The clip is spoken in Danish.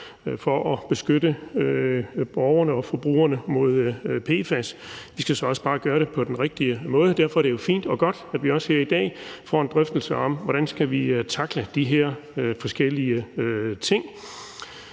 for at beskytte borgerne og forbrugerne mod PFAS. Vi skal så også bare gøre det på den rigtige måde, og derfor er det jo fint og godt, at vi også her i dag får en drøftelse om, hvordan vi skal tackle de her forskellige ting.